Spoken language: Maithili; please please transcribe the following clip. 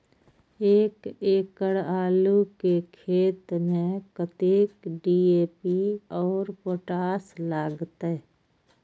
एक एकड़ आलू के खेत में कतेक डी.ए.पी और पोटाश लागते?